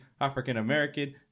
African-American